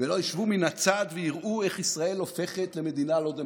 ולא ישבו מן הצד ויראו איך ישראל הופכת לדיקטטורה.